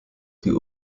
die